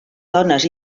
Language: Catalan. dones